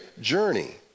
journey